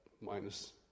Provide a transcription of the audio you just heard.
minus